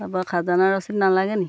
তাৰপৰা খাজানা ৰচিদ নালাগেনি